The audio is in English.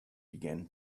began